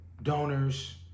Donors